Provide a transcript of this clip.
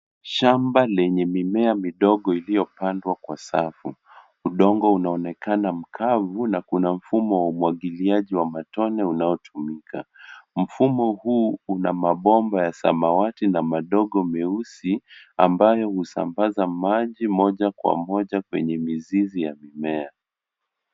Shamba lenye mimea midogo iliyopandwa kwa safu. Udongo unaonekana mkavu na kuna mfumo wa umwagiliaji wa matone unaotumika. Mfumo huu una mabomba ya samawati na madogo meusi ambayo husambaza maji moja kwa moja kwenye mizizi ya mimea.